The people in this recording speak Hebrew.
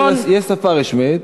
יש שפה רשמית.